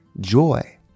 joy